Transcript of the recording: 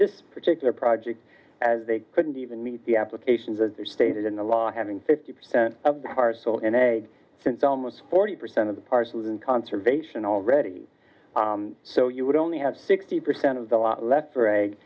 this particular project as they couldn't even meet the applications that they stated in the law having fifty percent of the parcel in a sense almost forty percent of the parcels in conservation already so you would only have sixty percent of the lot le